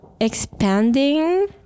expanding